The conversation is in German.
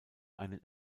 einen